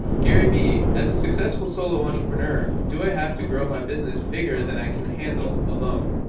gary vee, as a successful solo entrepreneur, do i have to grow my business bigger than i can handle alone?